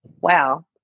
wow